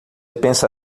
pensa